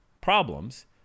problems